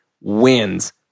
wins